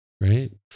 right